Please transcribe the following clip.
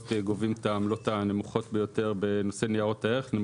גובים את העמלות הנמוכות ביותר בנושא ניירות ערך.